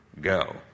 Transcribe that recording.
Go